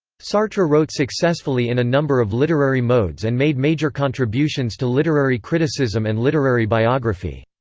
sartre wrote successfully in a number of literary modes and made major contributions to literary criticism and literary biography.